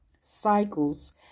cycles